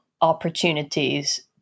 opportunities